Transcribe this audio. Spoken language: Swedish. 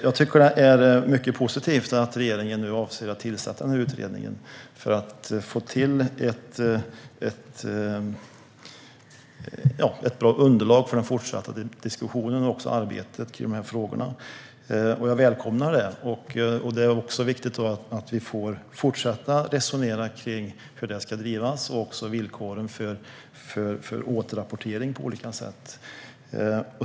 Jag tycker att det är mycket positivt att regeringen nu avser att tillsätta en utredning för att få till ett bra underlag för den fortsatta diskussionen och arbetet med dessa frågor. Jag välkomnar det. Det är också viktigt att vi får fortsätta att resonera om hur det ska drivas. Det gäller även villkoren för återrapportering på olika sätt.